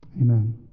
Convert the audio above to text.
Amen